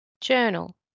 Journal